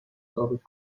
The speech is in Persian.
ثابت